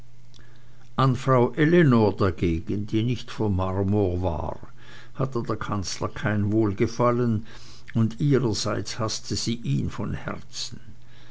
an frau ellenor dagegen die nicht von marmor war hatte der kanzler kein wohlgefallen und ihrerseits haßte sie ihn von herzen